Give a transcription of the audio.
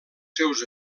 seus